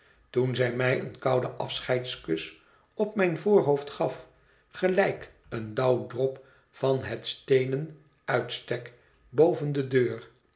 toen zij mij een kouden afscheidskus op mijn voorhoofd gaf gelijk een dauwdrop van het steenen uitstek boven de deur